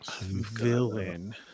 villain